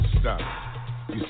stop